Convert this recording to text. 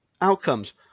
outcomes